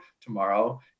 tomorrow